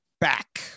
back